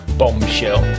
bombshell